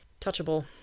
touchable